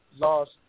lost